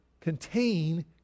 contain